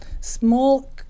small